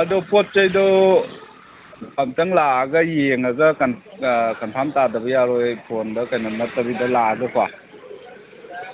ꯑꯗꯣ ꯄꯣꯠ ꯆꯩꯗꯣ ꯑꯝꯇꯪ ꯂꯥꯛꯑꯒ ꯌꯦꯡꯉꯒ ꯀꯟꯐꯥꯝ ꯇꯥꯗꯕ ꯌꯥꯔꯣꯏ ꯐꯣꯟ ꯀꯩꯅꯣ ꯅꯠꯇꯕꯤꯗ ꯂꯥꯛꯑꯒꯀꯣ